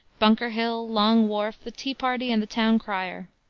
bunker hill, long wharf, the tea party, and the town crier.